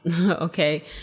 Okay